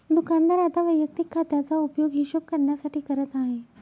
दुकानदार आता वैयक्तिक खात्याचा उपयोग हिशोब करण्यासाठी करत आहे